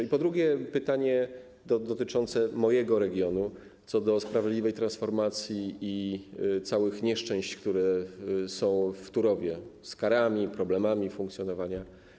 I po drugie, mam pytanie dotyczące mojego regionu, sprawiedliwej transformacji i całych nieszczęść, które są w Turowie, z karami, problemami funkcjonowania.